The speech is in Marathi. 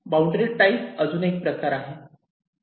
बाउंड्री टाईप अजून एक प्रकार आहे